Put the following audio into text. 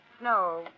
No